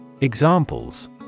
Examples